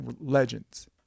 legends